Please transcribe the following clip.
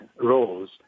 roles